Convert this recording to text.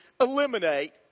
eliminate